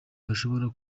bashobora